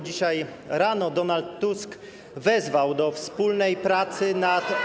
Dzisiaj rano Donald Tusk wezwał do wspólnej pracy nad.